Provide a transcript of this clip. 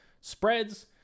spreads